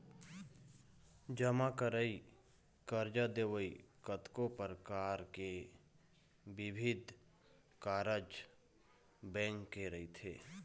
जमा करई, करजा देवई, कतको परकार के बिबिध कारज बेंक के रहिथे